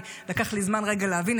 לקח לי זמן להבין.